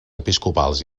episcopals